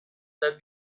the